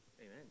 Amen